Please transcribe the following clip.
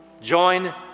Join